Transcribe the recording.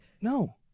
no